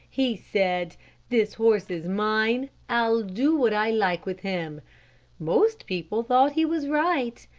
he said this horse is mine i'll do what i like with him most people thought he was right,